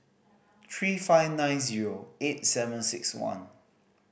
three five nine zero eight seven six one